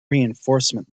reinforcement